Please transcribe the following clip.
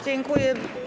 Dziękuję.